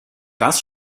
das